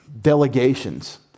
delegations